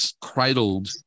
cradled